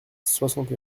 soixante